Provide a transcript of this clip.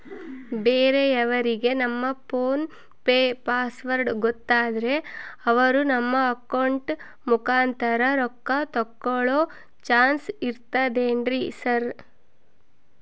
ಬೇರೆಯವರಿಗೆ ನಮ್ಮ PhonePe password ಗೊತ್ತಾದ್ರೆ ಅವರು ನಮ್ಮ ಅಕೌಂಟ್ ಮುಖಾಂತರ ರೊಕ್ಕ ತಕ್ಕೊಳ್ಳೋ ಚಾನ್ಸ್ ಇರ್ತದೆನ್ರಿ ಸರ್?